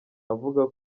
avuga